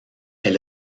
est